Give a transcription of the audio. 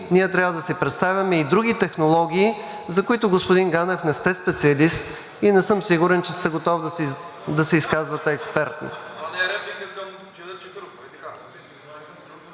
ние трябва да си представяме и други технологии, за които, господин Ганев, не сте специалист и не съм сигурен, че сте готов да се изказвате експертно.